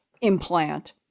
implant